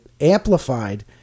amplified